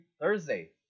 Thursday